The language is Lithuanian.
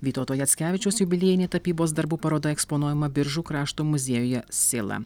vytauto jackevičiaus jubiliejinė tapybos darbų paroda eksponuojama biržų krašto muziejuje sėla